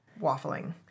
waffling